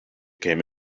came